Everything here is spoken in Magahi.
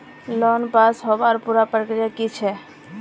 लोन पास होबार पुरा प्रक्रिया की छे?